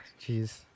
Jeez